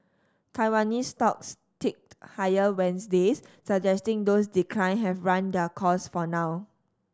Taiwanese stocks ticked higher Wednesday's suggesting those decline have run their course for now